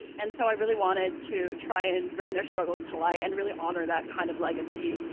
and so i really wanted to try and bring their struggles to life and really honor that kind of legacy.